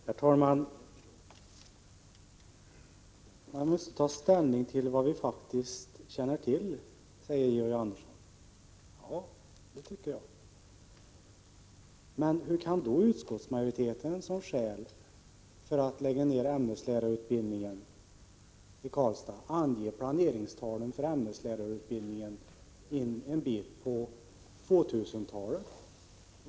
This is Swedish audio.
Herr talman! Man måste ta ställning med utgångspunkt i vad vi faktiskt känner till, säger Georg Andersson. Det tycker jag också. Men hur kan då utskottsmajoriteten som skäl för att lägga ned ämneslärarutbildningen i Karlstad ange planeringstalen för en bit in på 2000-talet?